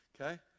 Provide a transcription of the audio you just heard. okay